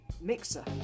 Mixer